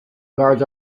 guards